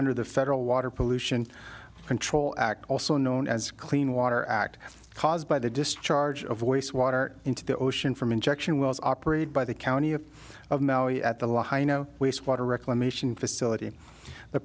under the federal water pollution control act also known as clean water act caused by the discharge of voice water into the ocean from injection wells operated by the county of of maui at the la heino waste water reclamation facility the